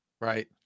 right